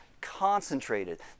concentrated